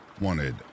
wanted